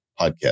podcast